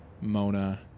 Mona